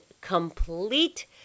complete